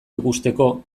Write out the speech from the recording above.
ikusteko